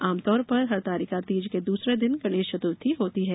आम तौर पर हरितालिका तीज के दूसरे दिन गणेश चतुर्थी होती है